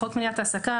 בחוק מניעת העסקה,